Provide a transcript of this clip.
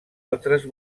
altres